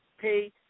pay